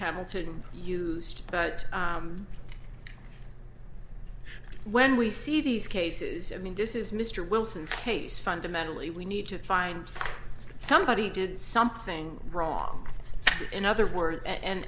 hamilton used but when we see these cases i mean this is mr wilson's case fundamentally we need to find somebody did something wrong in other words